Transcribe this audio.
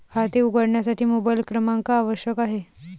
खाते उघडण्यासाठी मोबाइल क्रमांक आवश्यक आहे